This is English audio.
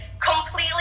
Completely